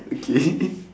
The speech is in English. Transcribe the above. okay